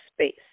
space